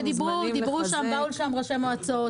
באו לשם ראשי מועצות